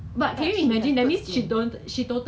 instead of like zooming one another